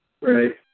Right